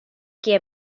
kie